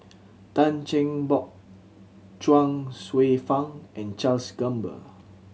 Tan Cheng Bock Chuang Hsueh Fang and Charles Gamba